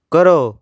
ਕਰੋ